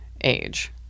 age